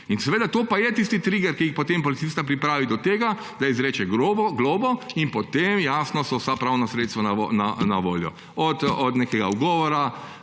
pa seveda je tisti triger, ki potem policista pripravi do tega, da izreče globo. In potem so jasno vsa pravna sredstva na voljo, od nekega ugovora